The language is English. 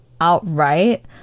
outright